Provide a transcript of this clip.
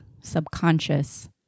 subconscious